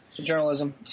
Journalism